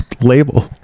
label